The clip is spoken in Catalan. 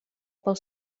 pel